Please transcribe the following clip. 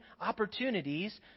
opportunities